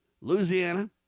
Louisiana